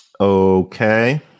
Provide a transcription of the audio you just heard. Okay